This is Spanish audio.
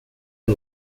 del